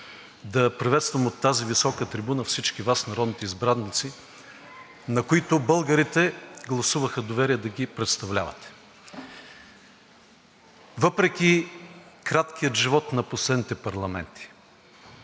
да приветствам от тази висока трибуна всички Вас – народните избраници, на които българите гласуваха доверие да ги представлявате. Въпреки краткия живот на последните парламенти